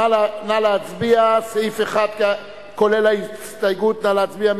נא להצביע, סעיף 1, כולל ההסתייגות, נא להצביע.